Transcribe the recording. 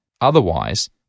otherwise